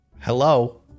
Hello